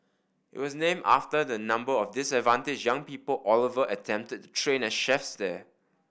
it was named after the number of disadvantaged young people Oliver attempted to train as chefs there